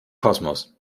kosmos